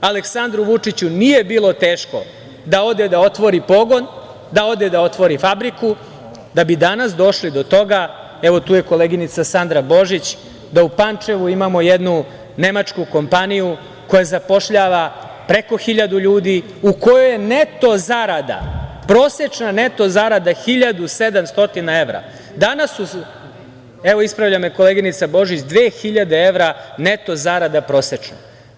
Aleksandru Vučiću nije bilo teško da ode da otvori pogon, da ode da otvori fabriku da bi danas došli do toga, evo tu je koleginica Sandra Božić, da u Pančevu imamo jednu nemačku kompaniju koja zapošljava preko hiljadu ljudi, u kojoj je neto zarada, prosečna neto zarada 1.700 evra. (Sandra Božić: Dve hiljade evra.) Evo, ispravlja me koleginica Božić, dve hiljade evra neto zarada prosečna.